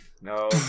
No